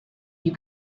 you